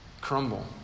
crumble